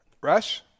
Rush